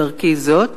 בדרכי זו,